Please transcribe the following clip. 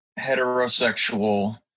heterosexual